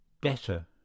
Better